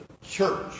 church